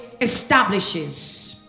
establishes